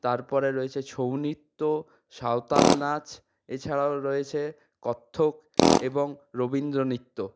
তারপরে রয়েছে ছৌ নৃত্য সাঁওতাল নাচ এছাড়াও রয়েছে কত্থক এবং রবীন্দ্রনৃত্য